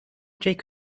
jake